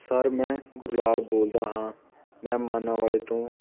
sir ਮੈਂ ਗੁਰਲਾਲ ਬੋਲਦਾ ਹਾਂ ਮੈਂ ਮਾਨਾ ਵਾਲੇ ਤੋਂ